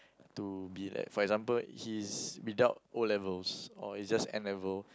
to be that for example he's without O-levels or is just N-level